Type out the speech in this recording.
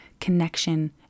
connection